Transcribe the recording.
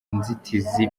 inzitizi